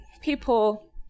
people